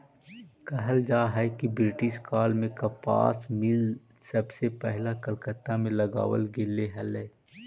कहल जा हई कि ब्रिटिश काल में कपास मिल सबसे पहिला कलकत्ता में लगावल गेले हलई